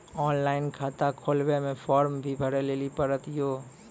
Online खाता खोलवे मे फोर्म भी भरे लेली पड़त यो?